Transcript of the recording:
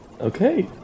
Okay